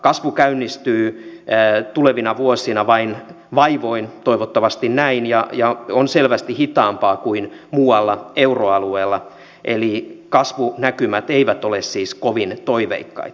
kasvu käynnistyy tulevina vuosina vain vaivoin toivottavasti näin ja on selvästi hitaampaa kuin muualla euroalueella eli kasvunäkymät eivät ole siis kovin toiveikkaita